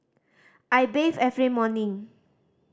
I bathe every morning